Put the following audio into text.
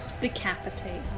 Decapitate